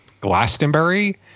Glastonbury